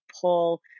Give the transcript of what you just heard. pull